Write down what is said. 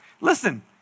Listen